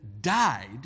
died